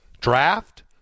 Draft